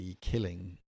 killing